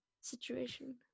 situation